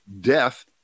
death